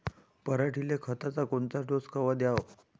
पऱ्हाटीले खताचा कोनचा डोस कवा द्याव?